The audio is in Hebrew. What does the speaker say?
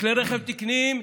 בכלי רכב תקניים?